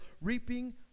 Reaping